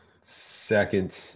second